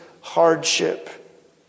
hardship